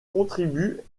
contribuent